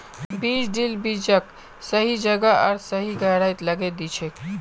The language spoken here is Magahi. बीज ड्रिल बीजक सही जगह आर सही गहराईत लगैं दिछेक